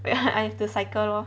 I have to cycle lor